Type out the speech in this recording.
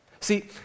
See